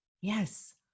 Yes